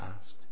asked